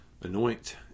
anoint